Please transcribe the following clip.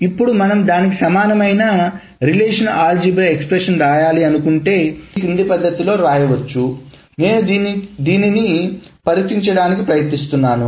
ఇప్పుడు మనం దానికి సమానమైన రిలేషనల్ ఆల్జీబ్రా ఎక్స్ప్రెషన్ రాయాలనుకుంటే ఈ క్రింది పద్ధతిలో వ్రాయవచ్చు నేను దీనిని పరిష్కరించడానికి ప్రయత్నిస్తున్నాను